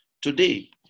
Today